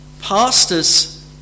pastors